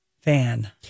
fan